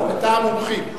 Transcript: בתא המומחים.